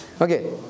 Okay